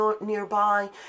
nearby